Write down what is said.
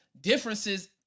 differences